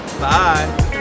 Bye